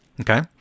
Okay